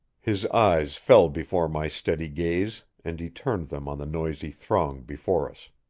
his eyes fell before my steady gaze, and he turned them on the noisy throng before us.